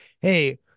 Hey